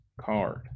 card